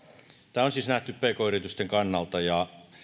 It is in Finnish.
tämä on siis nähty pk yritysten kannalta ja